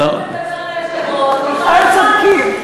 לא, לדבר על יושב-ראש, מתוך, חלק צודקים.